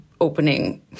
opening